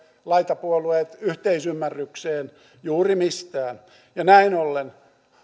laitapuolueet päässeet yhteisymmärrykseen juuri mistään ja näin ollen